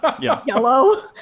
yellow